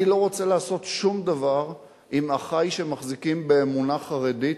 אני לא רוצה לעשות שום דבר עם אחי שמחזיקים באמונה חרדית,